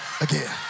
again